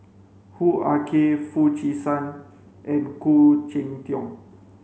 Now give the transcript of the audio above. Hoo Ah Kay Foo Chee San and Khoo Cheng Tiong